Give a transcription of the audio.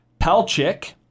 Palchik